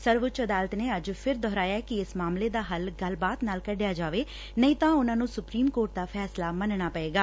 ਸਰਵਉੱਚ ਅਦਾਲਤ ਨੇ ਅੱਜ ਫਿਰ ਦੋਹਰਾਇਐ ਕਿ ਇਸ ਮਾਮਲੇ ਦਾ ਹੱਲ ਗੱਲਬਾਤ ਨਾਲ ਕੱਢਿਆ ਜਾਵੇ ਨਹੀਂ ਤਾਂ ਉਨੂਾਂ ਨੂੰ ਸੁਪਰੀਮ ਕੋਰਟ ਦਾ ਫੈਸਲਾ ਮੰਨਣਾ ਪਏਗਾ